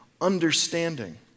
Understanding